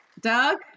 Doug